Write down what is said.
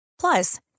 Plus